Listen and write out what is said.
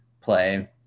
play